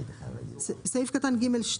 בסעיף קטן (ג2),